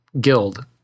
guild